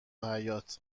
حباط